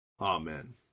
Amen